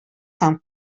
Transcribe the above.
һәм